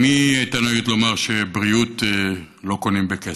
אימי הייתה נוהגת לומר שבריאות לא קונים בכסף,